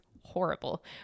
horrible